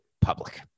public